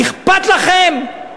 אכפת לכם?